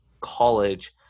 college